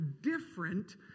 different